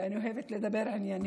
ואני אוהבת לדבר עניינית,